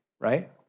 right